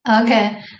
Okay